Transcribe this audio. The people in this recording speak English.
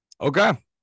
Okay